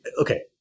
okay